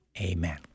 Amen